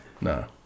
No